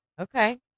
Okay